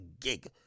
gig